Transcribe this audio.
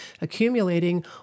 accumulating